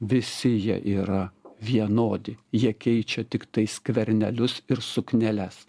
visi jie yra vienodi jie keičia tiktai skvernelius ir sukneles